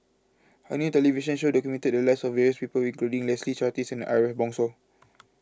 a new television show documented the lives of various people including Leslie Charteris and Ariff Bongso